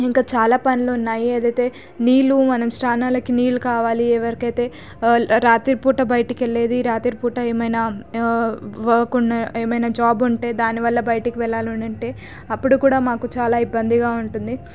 ఇంకా చాలా పనులు ఉన్నాయి ఏదైతే నీళ్లు మనం స్నానాలకి నీళ్లు కావాలి ఎవరికైతే రాత్రి పూట బయటికెళ్ళేది రాత్రి పూట ఏమైనా వర్క్ ఉన్నా ఏమైనా జాబ్ ఉంటే దాని వల్ల బయటికి వెళ్ళాలి అని ఉంటే అప్పుడు కూడా మాకు చాలా ఇబ్బందిగా ఉంటుంది